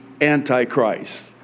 Antichrist